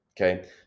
okay